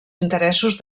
interessos